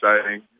exciting